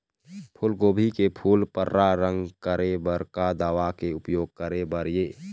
फूलगोभी के फूल पर्रा रंग करे बर का दवा के उपयोग करे बर ये?